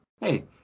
Hey